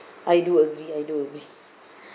I do agree I do agree